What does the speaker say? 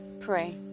pray